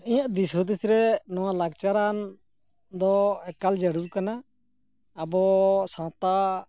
ᱤᱧᱟᱹᱜ ᱫᱤᱥ ᱦᱩᱫᱤᱥ ᱨᱮ ᱱᱚᱣᱟ ᱞᱟᱠᱪᱟᱨᱟᱱ ᱫᱚ ᱮᱠᱟᱞ ᱡᱟᱨᱩᱲ ᱠᱟᱱᱟ ᱟᱵᱚ ᱥᱟᱶᱛᱟ